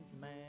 man